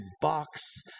box